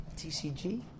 TCG